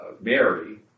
Mary